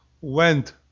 went